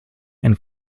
and